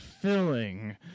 filling